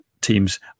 teams